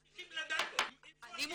צריכים לדעת איפה --- אני יכול לענות לו.